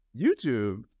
YouTube